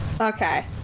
Okay